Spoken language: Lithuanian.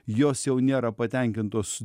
jos jau nėra patenkintos